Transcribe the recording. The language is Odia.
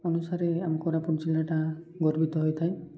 ଅନୁସାରେ ଆମ କୋରାପୁଟ ଜିଲ୍ଲାଟା ଗର୍ବିତ ହୋଇଥାଏ